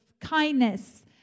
kindness